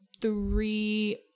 three